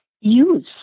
use